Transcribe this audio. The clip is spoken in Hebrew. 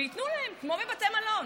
וייתנו להם, כמו בבתי מלון.